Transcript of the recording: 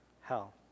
hell